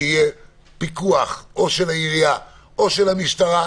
שיהיה פיקוח או של העירייה או של המשטרה.